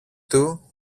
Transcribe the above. του